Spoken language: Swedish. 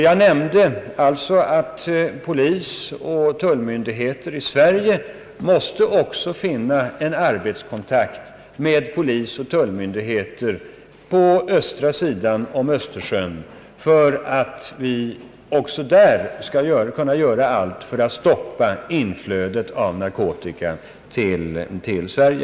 Jag nämnde bl.a. att polisoch tullmyndigheter i Sverige också måste finna en kontakt med polisoch tullmyndigheter på östra sidan om ÖsS tersjön för att vi även på så sätt skall kunna göra allt för att stoppa inflödet av narkotika till Sverige.